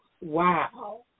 Wow